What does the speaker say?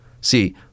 See